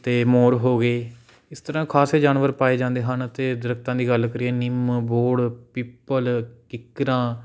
ਅਤੇ ਮੋਰ ਹੋ ਗਏ ਇਸ ਤਰ੍ਹਾਂ ਖ਼ਾਸੇ ਜਾਨਵਰ ਪਾਏ ਜਾਂਦੇ ਹਨ ਅਤੇ ਦਰੱਖ਼ਤਾਂ ਦੀ ਗੱਲ ਕਰੀਏ ਨਿੰਮ ਬੋਹੜ ਪਿੱਪਲ ਕਿੱਕਰਾਂ